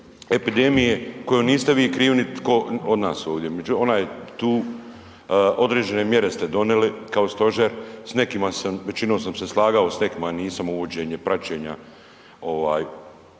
epidemije, koju vi niste krivi, niti tko od nas ovdje, ona je tu, određene mjere ste donijeli kao stožer. S nekima sam, većinom sam se slagao, s nekima nisam, uvođenje praćenja